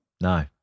No